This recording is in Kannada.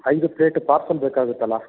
ಐದು ಪ್ಲೇಟ್ ಪಾರ್ಸಲ್ ಬೇಕಾಗುತ್ತಲ್ಲ